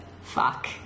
fuck